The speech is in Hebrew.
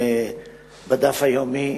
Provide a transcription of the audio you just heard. בדף היומי,